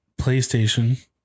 PlayStation